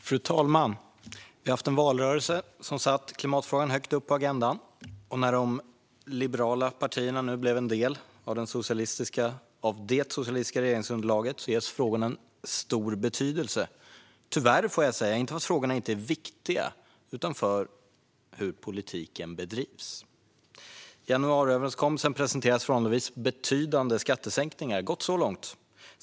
Fru talman! Vi hade nyligen en valrörelse som satte klimatfrågan högt upp på agendan. När de liberala partierna nu blev en del av det socialistiska regeringsunderlaget ges frågorna en stor betydelse. Jag måste säga tyvärr, inte för att frågorna inte är viktiga utan för hur politiken bedrivs. I januariöverenskommelsen presenteras förhållandevis betydande skattesänkningar. Gott så långt.